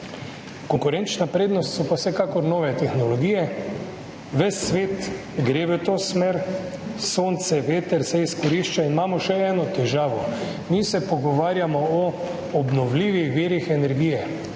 Konkurenčna prednost so pa vsekakor nove tehnologije, ves svet gre v to smer, izkoriščata se sonce in veter. Imamo še eno težavo, mi se pogovarjamo o obnovljivih virih energije,